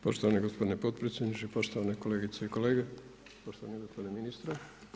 Poštovani gospodine potpredsjedniče, poštovane kolegice i kolege, poštovani gospodine ministre.